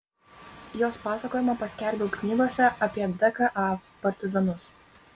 jos pasakojimą paskelbiau knygose apie dka partizanus